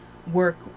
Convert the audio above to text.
Work